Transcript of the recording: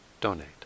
donate